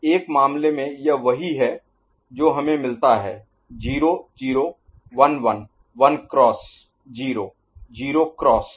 तो एक मामले में यह वही है जो हमें मिलता है 0 0 1 1 1 क्रॉस 0 0 क्रॉस